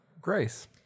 Grace